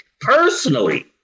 personally